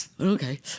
Okay